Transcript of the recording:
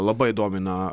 labai domina